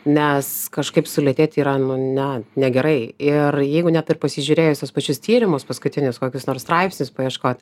nes kažkaip sulėtėti yra ne negerai ir jeigu net ir pasižiūrėjus tuos pačius tyrimus paskutinius kokius nors straipsnius paieškot